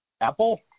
apple